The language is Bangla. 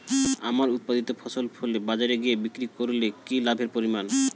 আমার উৎপাদিত ফসল ফলে বাজারে গিয়ে বিক্রি করলে কি লাভের পরিমাণ?